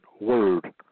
word